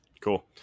Cool